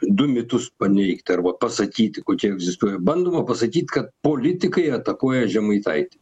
du mitus paneigt arba pasakyti kokie egzistuoja bandoma pasakyt kad politikai atakuoja žemaitaitį